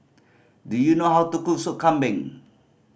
do you know how to cook Sop Kambing